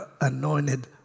Anointed